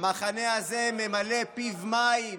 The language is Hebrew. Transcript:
המחנה הזה ממלא פיו מים,